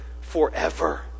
forever